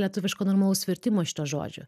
lietuviško normalaus vertimo šito žodžio